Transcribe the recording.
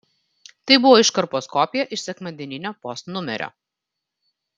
tai buvo iškarpos kopija iš sekmadieninio post numerio